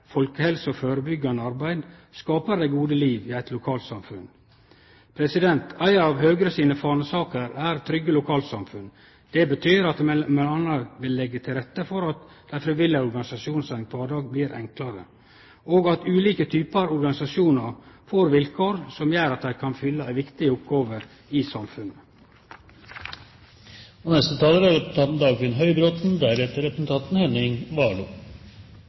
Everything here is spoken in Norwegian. folkehelse og førebyggjande arbeid skapar det gode liv i eit lokalsamfunn. Ei av Høgre sine fanesaker er trygge lokalsamfunn. Det betyr m.a. at vi vil leggje til rette for at dei frivillige organisasjonane sin kvardag blir enklare, og at ulike typar organisasjonar får vilkår som gjer at dei kan fylle ei viktig oppgåve i